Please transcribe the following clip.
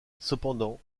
cependant